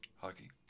Hockey